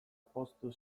poztu